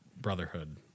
Brotherhood